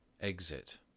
Exit